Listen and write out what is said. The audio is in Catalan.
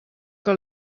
que